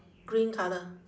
green colour